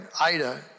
Ida